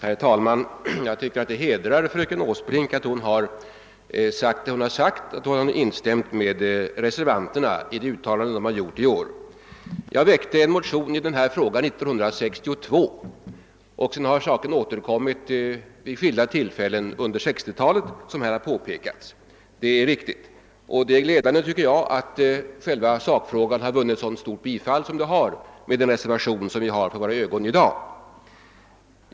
Herr talman! Jag tycker att det fröken Åsbrink nu säger hedrar henne och det hedrar henne att hon instämmer med reservanterna i det uttalande dessa har gjort i år. Är 1962 väckte jag en motion i denna fråga. Såsom det påpekats har saken återkommit vid skilda tillfällen under 1960-talet. Jag tycker att det är gläd jande att själva sakfrågan vunnit så stor anslutning som den har med den reservation som vi har för våra ögon i dag.